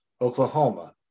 Oklahoma